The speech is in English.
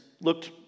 looked